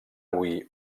avui